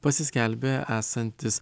pasiskelbė esantis